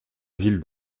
ville